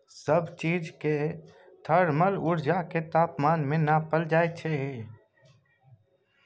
सब चीज केर थर्मल उर्जा केँ तापमान मे नाँपल जाइ छै